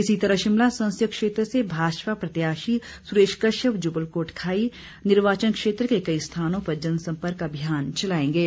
इसी तरह शिमला संसदीय क्षेत्र से भाजपा प्रत्याशी सुरेश कश्यप जुब्बल कोटखाई निर्वाचन क्षेत्र के कई स्थानों पर जनसंपर्क अभियान चलाएंगे